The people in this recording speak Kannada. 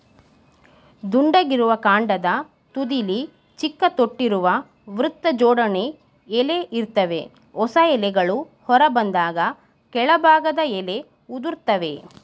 ದುಂಡಗಿರುವ ಕಾಂಡದ ತುದಿಲಿ ಚಿಕ್ಕ ತೊಟ್ಟಿರುವ ವೃತ್ತಜೋಡಣೆ ಎಲೆ ಇರ್ತವೆ ಹೊಸ ಎಲೆಗಳು ಹೊರಬಂದಾಗ ಕೆಳಭಾಗದ ಎಲೆ ಉದುರ್ತವೆ